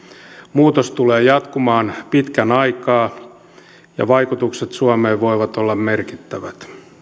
muutos tulee jatkumaan pitkän aikaa ja vaikutukset suomeen voivat olla merkittävät